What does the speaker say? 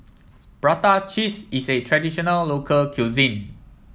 Prata Cheese is a traditional local cuisine